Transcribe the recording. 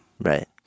Right